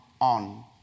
on